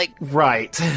Right